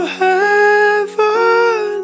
heaven